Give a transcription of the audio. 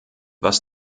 was